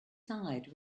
side